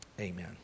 Amen